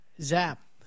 Zap